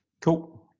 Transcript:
Cool